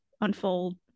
unfold